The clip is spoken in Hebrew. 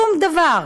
שום דבר.